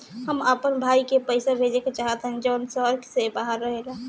हम अपन भाई को पैसा भेजे के चाहतानी जौन शहर से बाहर रहेला